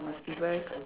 must be very k~